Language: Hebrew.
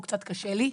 קצת קשה לי.